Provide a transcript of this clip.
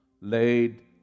laid